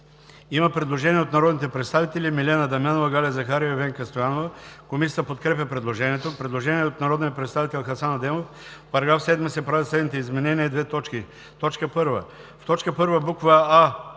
има предложение от народните представители